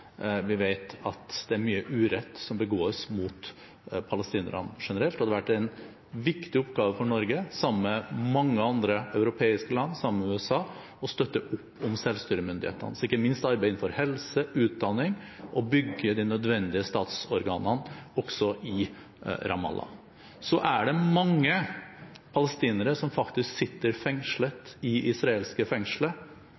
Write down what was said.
mye urett som begås mot palestinerne generelt, og det har vært en viktig oppgave for Norge, sammen med mange andre europeiske land og USA, å støtte opp under selvstyremyndighetene – ikke minst deres arbeid innenfor helse og utdanning og for å bygge de nødvendige statsorganene, også i Ramallah. Det er mange palestinere som faktisk sitter